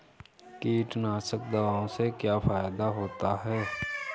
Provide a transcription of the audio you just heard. कीटनाशक दवाओं से क्या फायदा होता है?